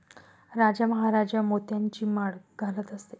राजा महाराजा मोत्यांची माळ घालत असे